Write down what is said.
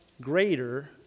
greater